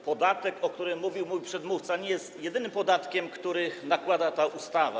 Podatek, o którym mówił mój przedmówca, nie jest jedynym podatkiem, który nakłada ta ustawa.